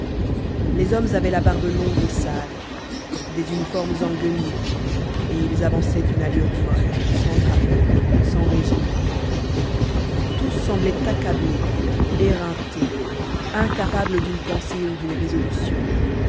les hommes avaient la barbe longue et sale des uniformes en guenilles et ils avançaient d'une allure molle sans drapeau sans régiment tous semblaient accablés éreintés incapables d'une pensée ou d'une résolution